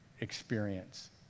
experience